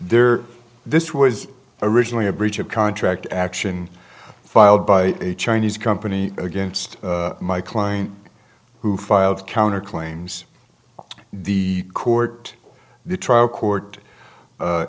there this was originally a breach of contract action filed by a chinese company against my client who filed counter claims the court the trial court